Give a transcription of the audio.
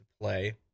play